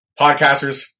podcasters